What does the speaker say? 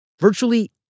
Virtually